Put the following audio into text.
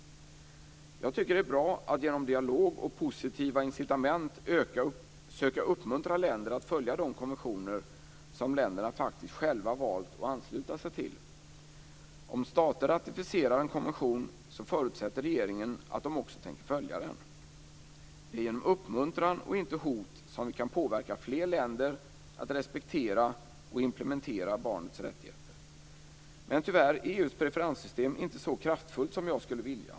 Jag tycker att det är bra att genom dialog och positiva incitament söka uppmuntra länder att följa de konventioner som länderna faktiskt själva valt att ansluta sig till. Om stater ratificerar en konvention så förutsätter regeringen att de också tänker följa den. Det är genom uppmuntran och inte hot som vi kan påverka fler länder att respektera och implementera barnens rättigheter. Men tyvärr är EU:s preferenssystem inte så kraftfullt som jag skulle vilja.